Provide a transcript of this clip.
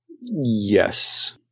Yes